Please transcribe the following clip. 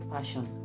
Passion